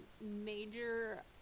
major